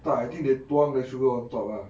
tak I think they tuang the sugar on top ah